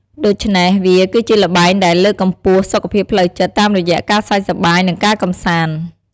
ដូច្នេះ វាគឺជាល្បែងដែលលើកកម្ពស់ សុខភាពផ្លូវចិត្ត តាមរយៈការសើចសប្បាយ និងការកម្សាន្ត។